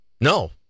No